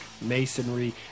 masonry